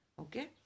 Okay